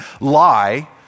lie